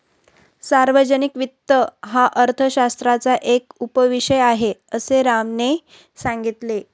सार्वजनिक वित्त हा अर्थशास्त्राचा एक उपविषय आहे, असे रामने सांगितले